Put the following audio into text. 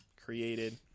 created